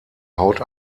haut